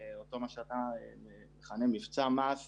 מי נמצא איתנו מרשות המיסים?